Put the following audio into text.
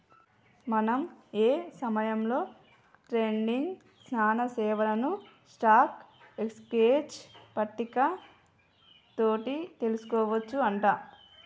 మనం ఏ సమయంలో ట్రేడింగ్ సానా సేవలను స్టాక్ ఎక్స్చేంజ్ పట్టిక తోటి తెలుసుకోవచ్చు అంట